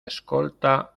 escolta